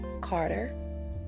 Carter